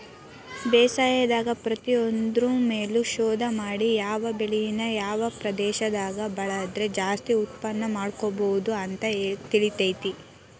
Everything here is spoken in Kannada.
ಬೇಸಾಯದಾಗ ಪ್ರತಿಯೊಂದ್ರು ಮೇಲು ಶೋಧ ಮಾಡಿ ಯಾವ ಬೆಳಿನ ಯಾವ ಪ್ರದೇಶದಾಗ ಬೆಳದ್ರ ಜಾಸ್ತಿ ಉತ್ಪನ್ನಪಡ್ಕೋಬೋದು ಅಂತ ತಿಳಿತೇತಿ